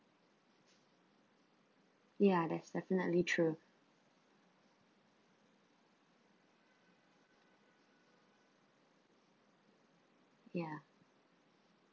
yeah that's definitely true ya